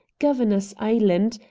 governors island,